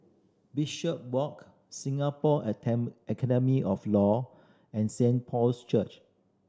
Bishopswalk Singapore Academy of Law and Saint Paul's Church